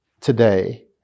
today